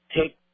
take